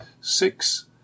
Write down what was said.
Six